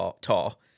tall